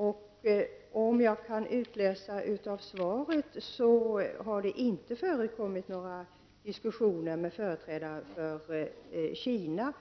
Och såvitt jag kan utläsa av svaret har det inte förekommit några diskussioner med företrädare för Kina